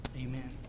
Amen